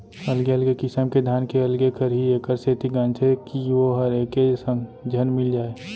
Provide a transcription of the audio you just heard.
अलगे अलगे किसम के धान के अलगे खरही एकर सेती गांजथें कि वोहर एके संग झन मिल जाय